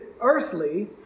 earthly